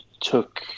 took